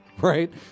right